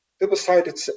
double-sided